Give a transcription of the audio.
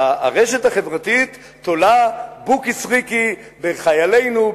הרשת החברתית תולה בוקי סריקי בחיילינו,